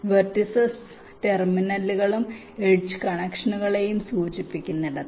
vertices ടെർമിനലുകളും edges കണക്ഷനുകളെയും സൂചിപ്പിക്കുന്നിടത്ത്